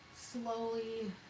Slowly